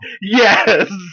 Yes